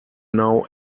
now